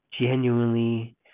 genuinely